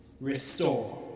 restore